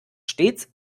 stets